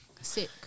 sick